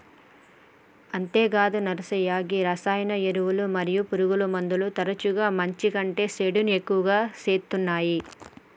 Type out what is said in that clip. అంతేగాదు నర్సయ్య గీ రసాయన ఎరువులు మరియు పురుగుమందులు తరచుగా మంచి కంటే సేసుడి ఎక్కువ సేత్తునాయి